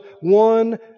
one